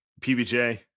PBJ